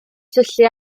syllu